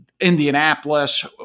Indianapolis